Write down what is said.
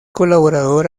colaborador